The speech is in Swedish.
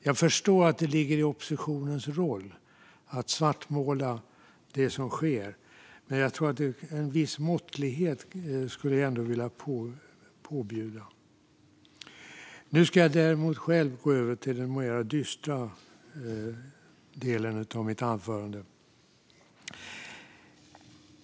Jag förstår att det ligger i oppositionens roll att svartmåla det som sker, men jag skulle ändå vilja påbjuda en viss måttlighet. Nu ska jag dock själv gå över till den mer dystra delen av mitt anförande.